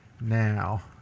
Now